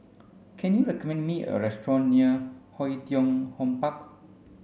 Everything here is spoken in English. can you recommend me a restaurant near Oei Tiong Ham Park